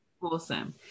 awesome